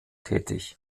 tätig